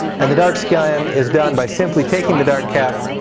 and the dark scan is done by simply taking the dark cap,